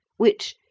which,